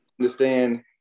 understand